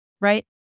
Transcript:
Right